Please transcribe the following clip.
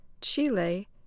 Chile